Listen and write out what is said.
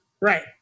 Right